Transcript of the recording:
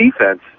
defense